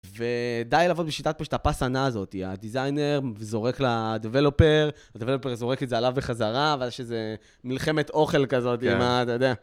ודי לעבוד בשיטת פשוט הפסנה הזאתי, הדיזיינר זורק לדבלופר, הדבלופר זורק את זה עליו בחזרה, וזה מלחמת אוכל כזאת, אימא, אתה יודע.